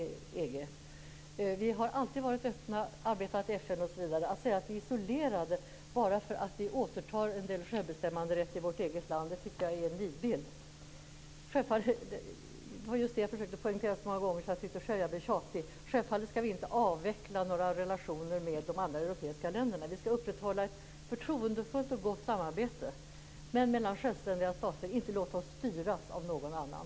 Vi har alltid varit öppna, arbetat i FN osv. Att vi blir isolerade bara därför att vi återtar en del självbestämmanderätt i vårt eget land tycker jag är en nidbild. Självfallet - detta har jag försökt poängtera så många gånger att jag själv tyckte att jag blev tjatig - skall vi inte avveckla några relationer med de andra europeiska länderna. Vi skall upprätthålla ett förtroendefullt och gott samarbete, men mellan självständiga stater. Vi skall inte låta oss styras av någon annan.